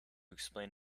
explain